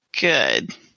good